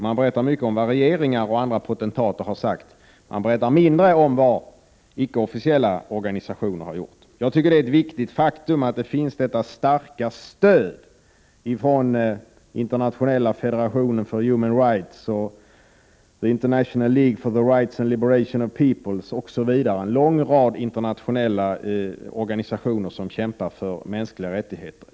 Man berättar mycket om vad regeringar och andra potentater har sagt, men mindre om vad icke-officiella organisationer har gjort. Jag tycker att det är ett viktigt faktum att det finns ett starkt stöd från The International Federation for Human Rights och The International League for the Rights and Liberation of Peoples, osv. Det är en lång rad internationella organisationer som kämpar för mänskliga rättigheter.